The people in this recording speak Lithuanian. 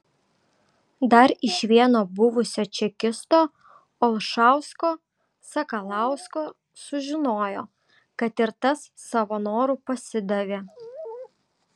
dar iš vieno buvusio čekisto olšausko sakalausko sužinojo kad ir tas savo noru pasidavė